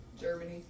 Germany